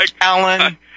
Alan